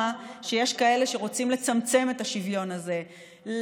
שיש כאלה שרוצים לצמצם את השוויון הזה,